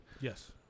Yes